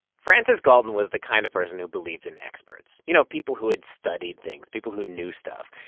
francis galton was the kind of person who believed in experts you know, people who had studied things, people who knew stuff.